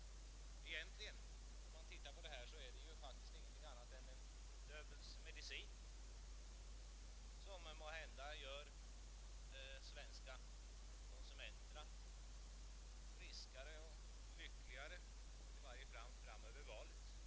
När det gäller att försöka bättre försörja det svenska jordbruket med långfristigt kapital är det helt naturligt att man ser till den stora kapitalkoncentrationen i våra dagar, nämligen AP-fonderna.